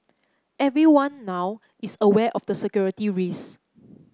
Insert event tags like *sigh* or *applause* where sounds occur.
everyone now is aware of the security *unintelligible*